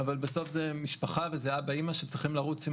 אבל בסוף זה משפחה וזה אבא ואמא שצריכים לרוץ עם